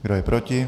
Kdo je proti?